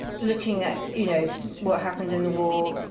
looking at you know what happened in the war.